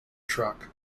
truck